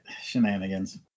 Shenanigans